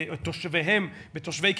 את תושביהם,